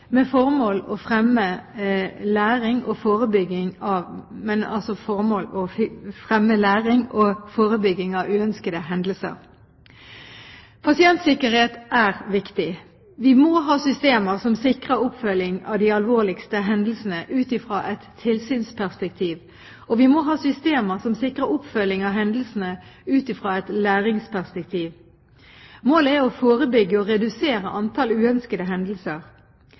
med formål å fremme læring og forebygging av uønskede hendelser. Pasientsikkerhet er viktig. Vi må ha systemer som sikrer oppfølging av de alvorligste hendelsene ut fra et tilsynsperspektiv, og vi må ha systemer som sikrer oppfølging av hendelsene ut fra et læringsperspektiv. Målet er å forebygge og redusere antall uønskede hendelser.